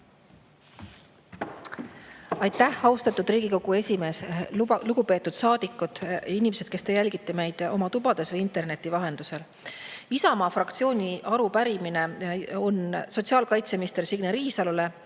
Aitäh, austatud Riigikogu esimees! Lugupeetud saadikud! Inimesed, kes te jälgite meid oma tubades või interneti vahendusel! Isamaa fraktsiooni arupärimine sotsiaalkaitseminister Signe Riisalole